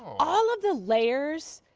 all of the layers,